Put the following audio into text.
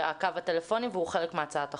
הקו הטלפוני הוא חשוב מאוד והוא חלק מהצעת החוק.